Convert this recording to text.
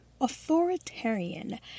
Authoritarian